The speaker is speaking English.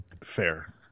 Fair